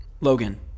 Logan